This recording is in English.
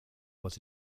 was